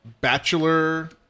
bachelor